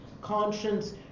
conscience